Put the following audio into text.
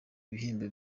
bihembo